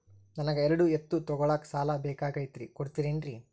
ನನಗ ಎರಡು ಎತ್ತು ತಗೋಳಾಕ್ ಸಾಲಾ ಬೇಕಾಗೈತ್ರಿ ಕೊಡ್ತಿರೇನ್ರಿ?